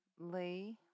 Lee